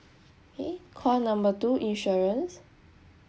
K call number two insurance